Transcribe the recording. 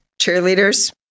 cheerleaders